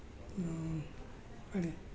ಅದೆ